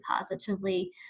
positively